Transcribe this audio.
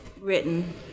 written